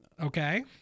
okay